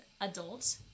adult